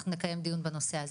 אנחנו נקיים דיון בנושא הזה.